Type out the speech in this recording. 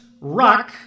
rock